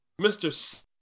mr